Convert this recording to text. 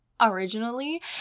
originally